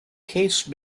case